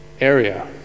area